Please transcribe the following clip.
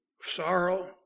sorrow